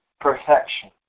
perfection